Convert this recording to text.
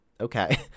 Okay